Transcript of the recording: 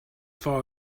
far